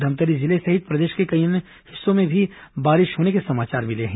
घमतरी जिले सहित प्रदेश के कई अन्य हिस्सों से भी बारिश होने के समाचार मिले हैं